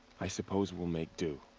i suppose we'll make do.